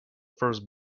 first